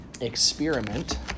experiment